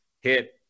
hit